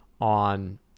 on